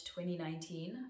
2019